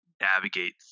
navigate